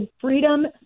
freedom